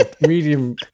medium